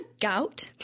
gout